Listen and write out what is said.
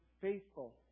faithful